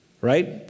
right